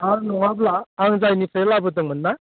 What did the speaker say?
आरो नङाब्ला आं जायनिफ्राय लाबोदोंमोन ना